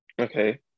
Okay